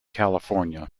california